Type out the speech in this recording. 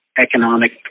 economic